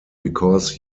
because